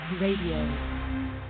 Radio